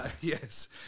yes